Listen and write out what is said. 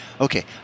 Okay